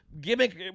gimmick